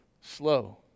slow